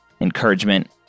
encouragement